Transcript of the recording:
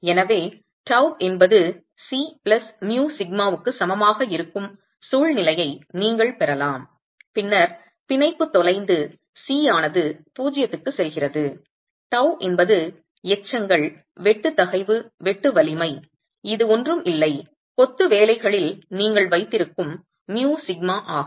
எனவே டவு என்பது c plus mu சிக்மாவுக்குச் சமமாக இருக்கும் சூழ்நிலையை நீங்கள் பெறலாம் பின்னர் பிணைப்பு தொலைந்து சி ஆனது 0 க்கு செல்கிறது டவு என்பது எச்சங்கள் வெட்டு தகைவு வெட்டு வலிமை இது ஒன்றும் இல்லை கொத்து வேலைகளில் நீங்கள் வைத்திருக்கும் μσ ஆகும்